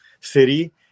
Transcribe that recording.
city